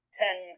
ten